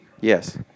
Yes